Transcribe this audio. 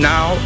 Now